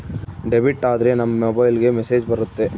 debit ಆದ್ರೆ ನಮ್ ಮೊಬೈಲ್ಗೆ ಮೆಸ್ಸೇಜ್ ಬರುತ್ತೆ